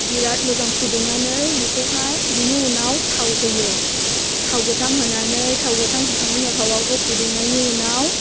बिराद मोजां फुदुंनानै बेखौहाय बिनि उनाव थाव होयो थाव गोथां होनानै थाव गोथां होखांनायनि उनाव थावखौ फुदुंनायनि उनाव